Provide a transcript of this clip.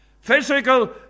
Physical